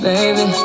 Baby